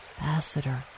ambassador